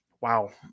wow